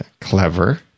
clever